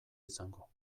izango